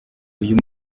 uyu